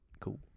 Cool